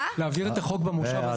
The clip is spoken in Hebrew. להעביר את החוק במושב הזה.